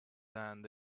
and